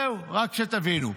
זהו, רק שתבינו.